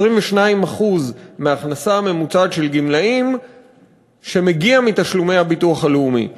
22% מההכנסה הממוצעת של גמלאים שמגיע מתשלומי הביטוח הלאומי.